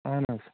اہن حظ